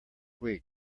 week